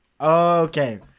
Okay